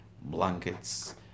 blankets